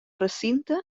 recinte